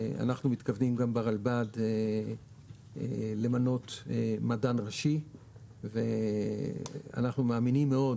אנחנו מתכוונים ברלב"ד למנות מדען ראשי ואנחנו מאמינים מאוד